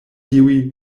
tiuj